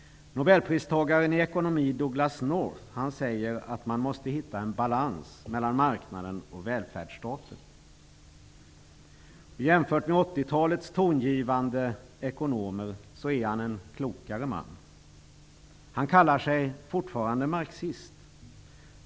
Nobelpristagaren i ekonomi Douglas North säger att man måste hitta en balans mellan marknaden och välfärdsstaten. Jämfört med 80-talets tongivande ekonomer är han en klokare man. Han kallar sig fortfarande marxist.